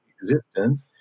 existence